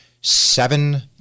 seven